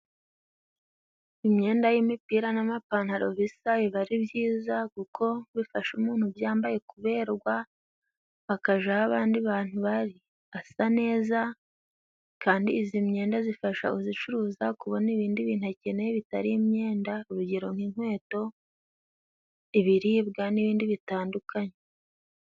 Imyenda y'imipira n'amapantaro bisa biba ari byiza， kuko bifasha umuntu ubyambaye kuberwa， akaja aho abandi bantu bari asa neza， kandi izi myenda zifasha uzicuruza，kubona ibindi bintu akeneye bitari imyenda， urugero nk'inkweto， ibiribwa n'ibindi bitandukanye.